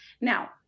now